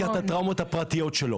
יש את ההיבט הפרקטי שאני חושבת שבסך הכול,